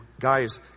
guys